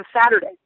Saturday